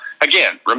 Again